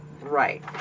right